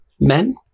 men